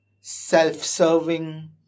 self-serving